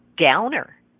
Downer